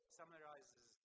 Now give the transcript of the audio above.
summarizes